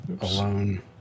alone